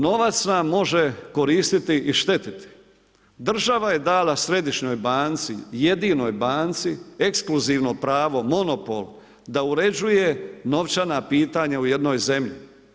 Novac vam može koristiti i štetiti, država je dala središnjoj banci jedinoj banci ekskluzivno pravo, monopol da uređuje novčana pitanja u jednoj zemlji.